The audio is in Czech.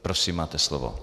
Prosím, máte slovo.